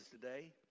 today